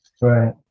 Right